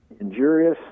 injurious